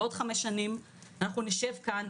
בעוד חמש שנים אנחנו נשב כאן,